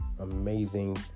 amazing